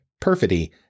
perfidy